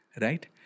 right